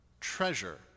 treasure